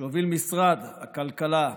שהוביל משרד הכלכלה,